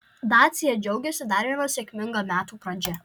dacia džiaugiasi dar viena sėkminga metų pradžia